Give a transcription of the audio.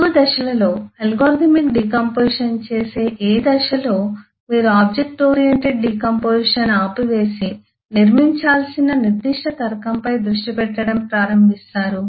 దిగువ దశలలో algorithmic decomposition చేసే ఏ దశలో మీరు ఆబ్జెక్ట్ ఓరియెంటెడ్ డికాంపొజిషన్ ఆపివేసి నిర్మించాల్సిన నిర్దిష్ట తర్కంపై దృష్టి పెట్టడం ప్రారంభిస్తారు